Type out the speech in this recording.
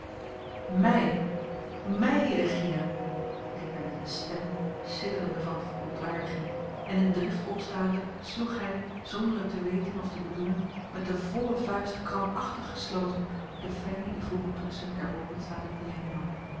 mij mij regina riep hij met eene stem sidderend van verontwaardiging en in drift opstaande sloeg hij zonder het te weten of te bedoelen met de volle vuist krampachtig gesloten op de fijne ivoren toetsen der openstaande pianino